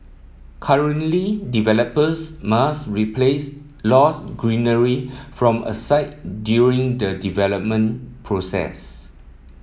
currently developers must replace lost greenery from a site during the development process